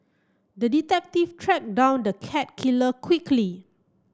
the detective tracked down the cat killer quickly